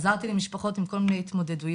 עזרתי למשפחות עם כל מיני התמודדויות.